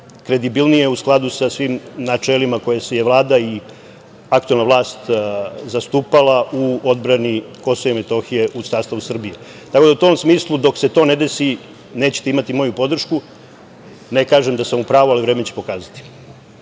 kredibilnije u skladu sa svim načelima koje je i Vlada i aktuelna vlast zastupala u odbrani Kosova i Metohije u sastavu Srbije, tako da u tom smislu dok se to ne desi nećete imati moju podršku. Ne kažem da sam u pravu, ali vreme će pokazati. Izvinite,